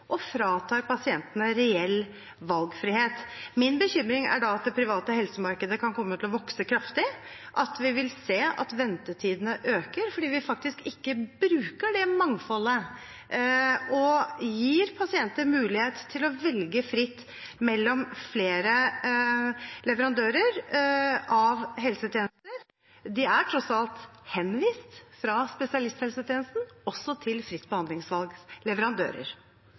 og frata pasientene reell valgfrihet. Min bekymring er da at det private helsemarkedet kan komme til å vokse kraftig, at vi vil se at ventetidene øker fordi vi faktisk ikke bruker det mangfoldet og gir pasienter mulighet til å velge fritt mellom flere leverandører av helsetjenester. De er tross alt henvist fra spesialisthelsetjenesten, også til fritt